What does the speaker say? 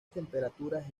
temperaturas